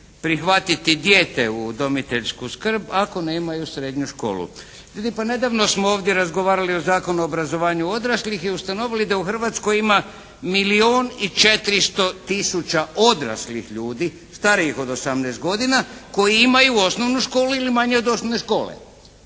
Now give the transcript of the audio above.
prihvatiti dijete u udomiteljsku skrb ako nemaju srednju školu. Ljudi, pa nedavno smo ovdje razgovarali o Zakonu o obrazovanju odraslih i ustanovili da u Hrvatskoj ima milijun i 400 tisuća odraslih ljudi starijih od 18 godina koji imaju osnovnu školu ili manje od osnovne škole.